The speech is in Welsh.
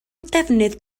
defnydd